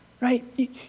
Right